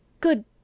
Good